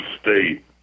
state